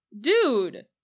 dude